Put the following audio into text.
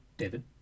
David